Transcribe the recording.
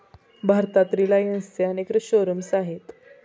भारतात रिलायन्सचे अनेक शोरूम्स आहेत